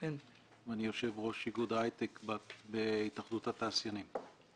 אני יושב ראש איגוד ההיי-טק בהתאחדות התעשיינים.